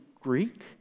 Greek